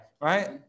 right